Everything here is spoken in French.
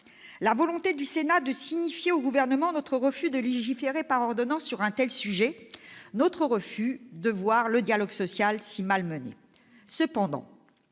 la volonté du Sénat de signifier au Gouvernement notre refus de légiférer par ordonnances sur un tel sujet, notre refus de voir le dialogue social si malmené. Nous